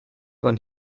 waren